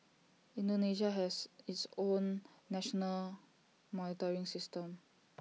Indonesia has its own national monitoring system